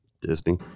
Disney